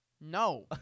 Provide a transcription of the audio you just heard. No